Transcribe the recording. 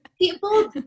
People